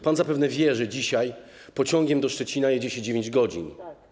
Pan zapewne wie, że dzisiaj pociągiem do Szczecina jedzie się 9 godzin.